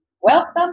Welcome